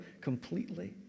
completely